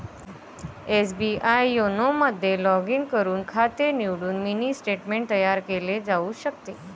SBI YONO मध्ये log in करून खाते निवडून मिनी स्टेटमेंट तयार केले जाऊ शकते